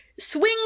swings